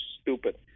stupid